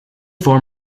form